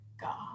God